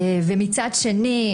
מצד שני,